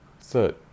Third